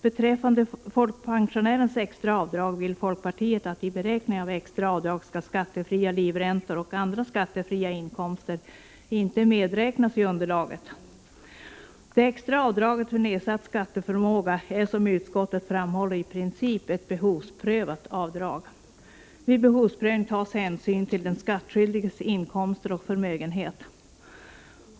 Beträffande folkpensionärernas extra avdrag vill folkpartiet att skattefria livräntor och andra skattefria inkomster inte skall medräknas i underlaget vid beräkningen av extra avdrag. Det extra avdraget för nedsatt skatteförmåga är, som utskottet framhåller, i princip ett behovsprövat avdrag. Vid behovsprövning tas hänsyn till den skattskyldiges inkomster och förmögenhet.